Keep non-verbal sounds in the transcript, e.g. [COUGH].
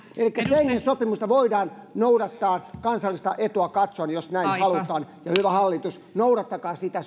elikkä schengenin sopimusta voidaan noudattaa kansallista etua katsoen jos näin halutaan ja hyvä hallitus noudattakaa sitä [UNINTELLIGIBLE]